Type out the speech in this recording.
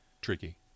tricky